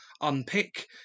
unpick